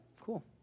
Cool